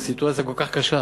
זו סיטואציה כל כך קשה,